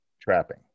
trapping